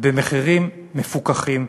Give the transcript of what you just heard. במחירים מפוקחים.